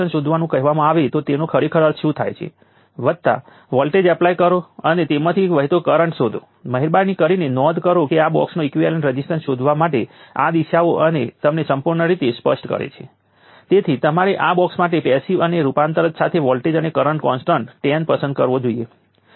તેથી જેમ મેં કહ્યું તેમ તમે તેને ચોક્કસ વોલ્ટેજ ઉપર ચાર્જ કરી શકો છો જે આપણે જોઈએ છીએ અને પછી કેપેસિટર બાકીની સર્કિટમાં એનર્જી પહોંચાડે છે અથવા મૂળભૂત રીતે કેપેસિટર નેગેટિવ એનર્જીને શોષી લે છે પરંતુ આ પ્રારંભિક બિંદુ મેળવવા માટે તમારે એનર્જી પૂરી પાડવા માટે ડિસ્ચાર્જ જોઈ શકાય છે